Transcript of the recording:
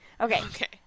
Okay